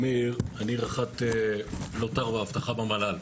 אני רח"ט לוט"ר ואבטחה במל"ל.